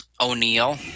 O'Neill